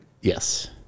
Yes